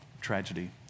tragedy